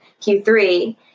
Q3